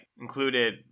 included